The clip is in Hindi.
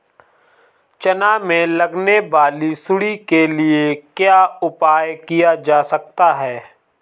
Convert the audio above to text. चना में लगने वाली सुंडी के लिए क्या उपाय किया जा सकता है?